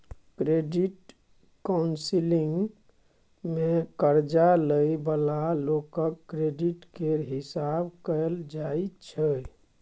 credit counselling मे कर्जा लइ बला लोकक क्रेडिट केर हिसाब कएल जाइ छै